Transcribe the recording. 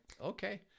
okay